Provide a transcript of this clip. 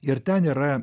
ir ten yra